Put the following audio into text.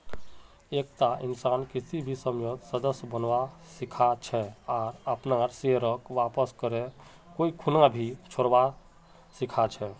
एकता इंसान किसी भी समयेत सदस्य बनवा सीखा छे आर अपनार शेयरक वापस करे कोई खूना भी छोरवा सीखा छै